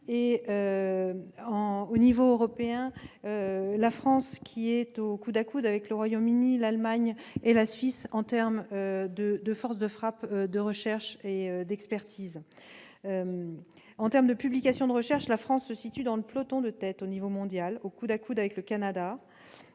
Au niveau européen, la France est au coude à coude avec le Royaume-Uni, l'Allemagne et la Suisse en matière de force de frappe de recherche et d'expertise. S'agissant des publications de recherche, notre pays se situe dans le peloton de tête au niveau mondial, au coude à coude avec le Canada,